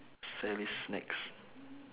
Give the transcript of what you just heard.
sally's snacks